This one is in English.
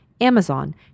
Amazon